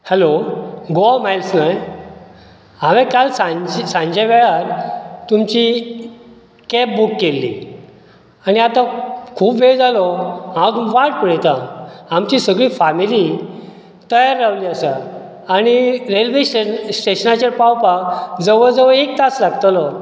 hello Goa miles न्हय हांवें काल सांच् सांजे वेळार तुमची कॅब बूक केल्ली आनी आतां खूब वेळ जालो हांव वाट पळयता आमची सगळीं फामीली तयार रावल्ली आसा आनी रेल्वें स्टेश स्टेशनाचेर पावपाक जवळ जवळ एक तास लागतलो